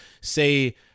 say